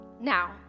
Now